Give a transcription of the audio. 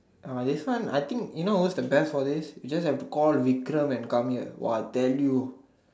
uh this one I think you know what's the best for this you just have to call Vikram and come here !wow! I tell you